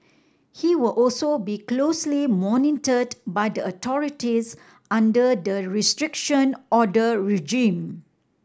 he will also be closely monitored by the authorities under the Restriction Order regime